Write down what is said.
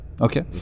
Okay